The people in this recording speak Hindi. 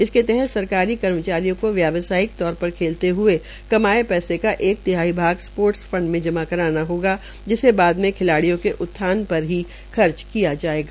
इसके तहत सरकारी कर्मचारी को व्यवसायिक तौर पर खोलते हए कमाये पैसे का एक तिहाई भाग स्पोर्टस फंड में जमा कराना होगा जिसे बाद में खिलाड़ियों के उत्थान पर ही खर्च किया जायेगा